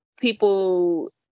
people